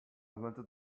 wanted